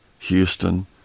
Houston